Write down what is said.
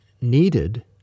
needed